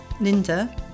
linda